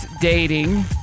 dating